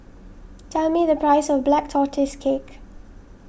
tell me the price of Black Tortoise Cake